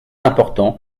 important